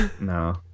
No